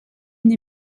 une